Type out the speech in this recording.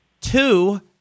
two